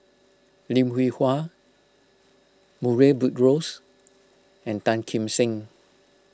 Lim Hwee Hua Murray Buttrose and Tan Kim Seng